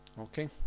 okay